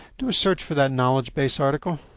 do a search for that knowledge base article,